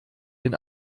den